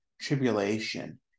tribulation